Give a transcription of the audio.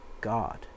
God